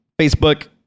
facebook